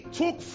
took